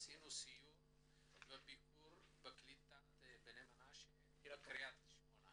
עשינו סיור וביקור בקליטת בני מנשה בקריית שמונה.